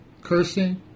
Cursing